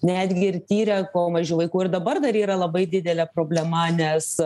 netgi ir tyrė kuo mažiau vaikų ir dabar dar yra labai didelė problema nes